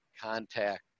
contact